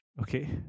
Okay